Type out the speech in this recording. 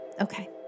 Okay